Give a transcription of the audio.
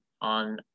on